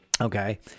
Okay